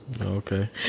Okay